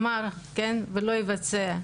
אמר ולא יבצע'.